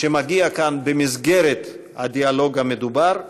שמגיע לכאן במסגרת הדיאלוג המדובר,